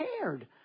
cared